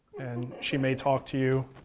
and she may talk to you,